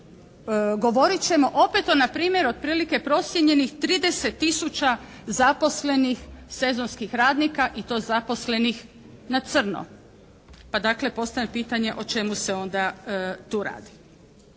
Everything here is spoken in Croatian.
govorit ćemo opet o na primjer procijenjenih 30 tisuća zaposlenih sezonskih radnika i to zaposlenih na crno. Pa dakle, postavljam pitanje o čemu se onda tu radi.